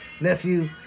nephew